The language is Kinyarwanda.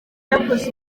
yakoze